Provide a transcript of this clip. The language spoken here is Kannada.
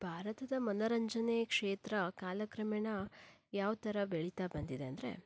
ಭಾರತದ ಮನೋರಂಜನೆಯ ಕ್ಷೇತ್ರ ಕಾಲಕ್ರಮೇಣ ಯಾವ ಥರ ಬೆಳಿತಾ ಬಂದಿದೆ ಅಂದರೆ